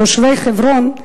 תושבי חברון,